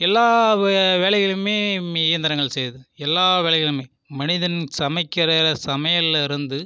எல்லா வேலைகளும் இயந்திரங்கள் செய்யுது எல்லா வேலைகளுமே மனிதன் சமைக்கிற சமையலேருந்து